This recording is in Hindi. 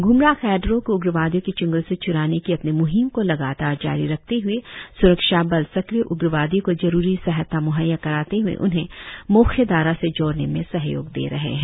ग्मराह कैडरो को उग्रवादियो के च्ंगल से छ्ड़ाने की अपनी म्हिम को लगातार जारी रखते हुए स्रक्षा बल सक्रिय उग्रवादियो को जरुरी सहायता मु्हैय्या कराते हुए उन्हे मुख्यघारा से जोड़ने में सहयोग दे रहे है